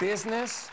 Business